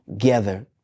together